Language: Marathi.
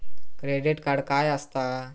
क्रेडिट कार्ड काय असता?